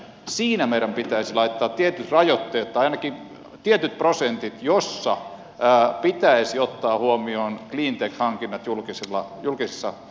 siinä meidän pitäisi laittaa tietyt rajoitteet tai ainakin tietyt prosentit miten pitäisi ottaa huomioon cleantech hankinnat julkisissa hankinnoissa